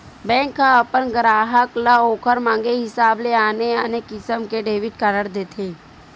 bank ह अपन गराहक ल ओखर मांगे हिसाब ले आने आने किसम के डेबिट कारड देथे